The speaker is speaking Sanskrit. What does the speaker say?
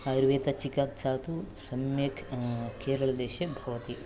आयुर्वेदचिकित्सा तु सम्यक् केरलदेशे भवति